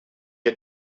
had